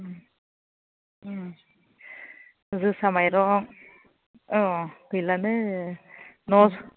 जोसा माइरं औ गैलानो न'